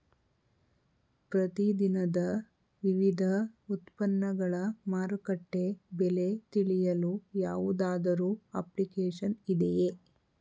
ಪ್ರತಿ ದಿನದ ವಿವಿಧ ಉತ್ಪನ್ನಗಳ ಮಾರುಕಟ್ಟೆ ಬೆಲೆ ತಿಳಿಯಲು ಯಾವುದಾದರು ಅಪ್ಲಿಕೇಶನ್ ಇದೆಯೇ?